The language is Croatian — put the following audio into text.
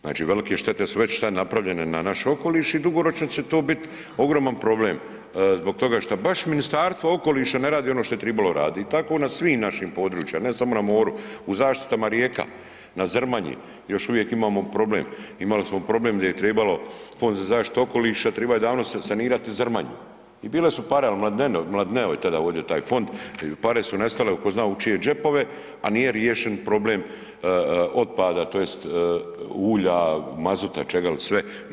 Znači, velike štete su već sad napravljene na naš okoliš i dugoročan će to biti ogroman problem zbog toga šta baš Ministarstvo okoliša ne radi ono što je tribalo raditi i tako na svim našim područjima, ne samo na moru, u zaštitama rijeka, na Zrmanji još uvijek imamo problem, imali smo problem gdje trebalo, Fond za zaštitu okoliša triba je davno sanirati Zrmanju i bile su pare al Mladineo je tada ovdje taj fond, pare su nestale tko zna u čije džepove, a nije riješen problem otpada tj. ulja, mazuta, čega li sve.